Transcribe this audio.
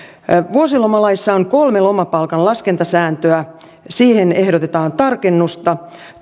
vuosilomalaissa on kolme lomapalkan laskentasääntöä siihen ehdotetaan tarkennusta